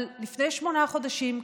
אבל לפני שמונה חודשים,